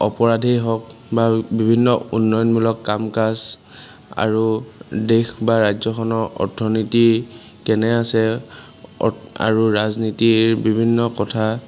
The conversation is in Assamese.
অপৰাধেই হওক বা বিভিন্ন উন্নয়নমূলক কাম কাজ আৰু দেশ বা ৰাজ্যখনৰ অৰ্থনীতি কেনে আছে আৰু ৰাজনীতিৰ বিভিন্ন কথা